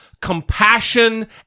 compassion